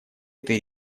этой